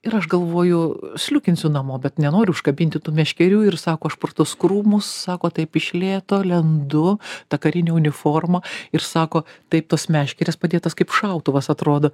ir aš galvoju sliūkinsiu namo bet nenoriu užkabinti tų meškerių ir sako aš per tuos krūmus sako taip iš lėto lendu ta karine uniforma ir sako taip tos meškerės padėtos kaip šautuvas atrodo